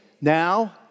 now